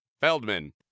Feldman